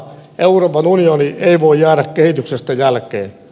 euroopan unioni ei voi jäädä kehityksestä jälkeen